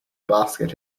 basket